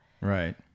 Right